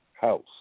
house